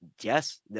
Yes